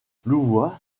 louvois